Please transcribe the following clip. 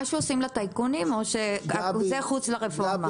מה שעושים לטייקונים, או שזה חוץ לרפורמה?